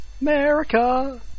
America